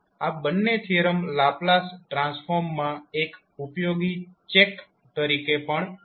આ બંને theorem Laplace ટ્રાન્સફોર્મમાં એક ઉપયોગી ચેક તરીકે પણ કામ આવે છે